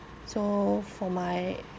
so for my